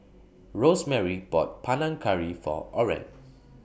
Rosemarie bought Panang Curry For Oren